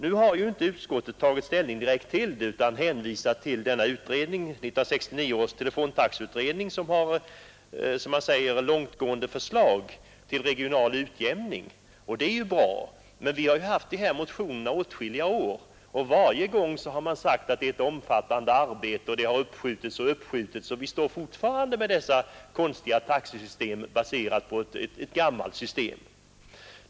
Nu har emellertid utskottet inte direkt tagit ställning till taxefrågan utan hänvisar till 1969 års telefontaxeutredning, som man säger har långtgående förslag till regional utjämning. Det är ju bra. Men vi har motionerat i detta ämne åtskilliga år, och varje gång har det sagts att detta är ett omfattande arbete; därför har också frågan uppskjutits gång på gång, och vi dras alltjämt med dessa konstiga telefontaxor, som är baserade på ett gammalt system.